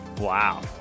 Wow